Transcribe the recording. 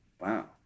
Wow